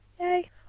yay